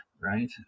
Right